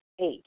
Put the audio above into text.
Eight